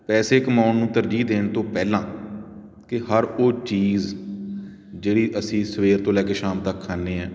ਪੈਸੇ ਕਮਾਉਣ ਨੂੰ ਤਰਜੀਹ ਦੇਣ ਤੋਂ ਪਹਿਲਾਂ ਕਿ ਹਰ ਉਹ ਚੀਜ਼ ਜਿਹੜੀ ਅਸੀਂ ਸਵੇਰ ਤੋਂ ਲੈ ਕੇ ਸ਼ਾਮ ਤੱਕ ਖਾਂਦੇ ਹਾਂ